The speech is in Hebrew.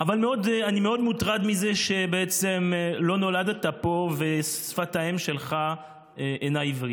אבל אני מאוד מוטרד מזה שלא נולדת פה ושפת האם שלך אינה עברית.